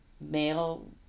male